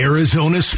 Arizona